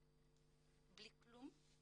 בלי כלום?